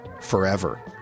forever